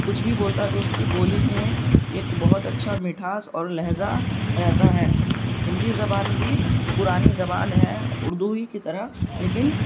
کچھ بھی بولتا تو اس کی بولی میں ایک بہت اچھا مٹھاس اور لہجہ رہتا ہے ہندی زبان بھی پرانی زبان ہے اردو ہی کی طرح لیکن